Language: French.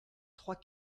trois